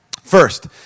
First